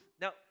Now